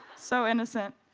so innocent.